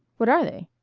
what are they?